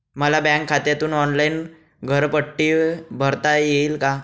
मला बँक खात्यातून ऑनलाइन घरपट्टी भरता येईल का?